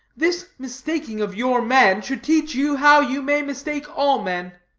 this mistaking of your man should teach you how you may mistake all men.